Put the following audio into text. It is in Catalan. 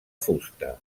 fusta